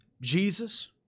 Jesus